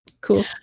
Cool